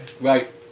right